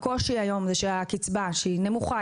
הקושי היום הוא שהקצבה - שהיא נמוכה,